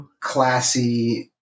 classy